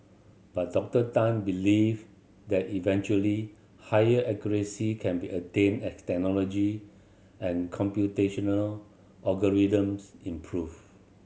but Doctor Tan believe that eventually higher accuracy can be attained as technology and computational algorithms improve